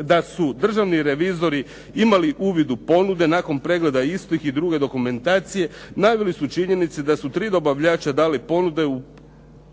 da su državni revizori imali uvid u ponude, nakon pregleda istih i druge dokumentacije naveli su činjenice da su 3 dobavljača dali ponude u